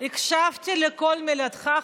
הקשבתי לכל מילה שלך.